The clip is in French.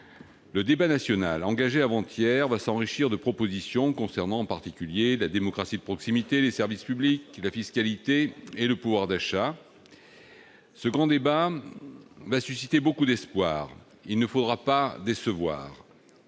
le débat national, engagé avant-hier, va s'enrichir de propositions concernant, en particulier, la démocratie de proximité, les services publics, la fiscalité et le pouvoir d'achat. Ce grand débat va susciter beaucoup d'espoirs, qu'il ne faudra pas décevoir.